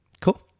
cool